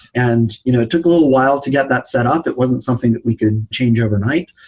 and you know took a little while to get that setup. it wasn't something that we could change overnight,